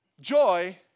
joy